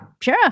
Sure